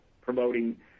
promoting